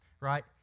right